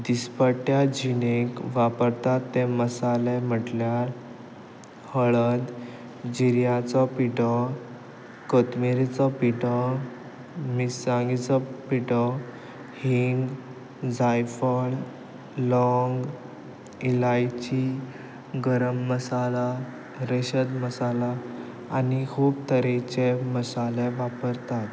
दिसपट्ट्या जिणेंत वापरतात ते मसाले म्हटल्यार हळद जिऱ्यांचो पिठो कोथमिरीचो पिठो मिरसांगेचो पिठो हींग जायफळ लौंग इलायची गरम मसाला रेंशाद मसाला आनी खूब तरेचे मसाले वापरतात